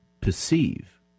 perceive